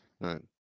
Right